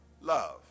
love